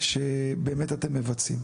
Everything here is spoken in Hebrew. שאתם מבצעים?